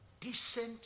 decent